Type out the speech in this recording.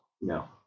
No